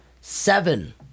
seven